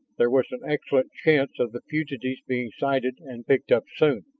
there was an excellent chance of the fugitive's being sighted and picked up soon.